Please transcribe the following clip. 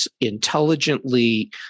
intelligently